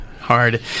hard